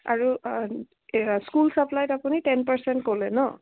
আৰু স্কুল ছাপ্লাইত আপুনি টেন পাৰ্চেণ্ট ক'লে ন